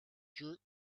jerk